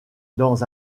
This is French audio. dans